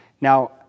Now